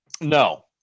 no